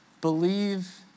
believe